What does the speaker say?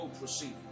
proceed